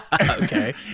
okay